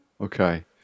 Okay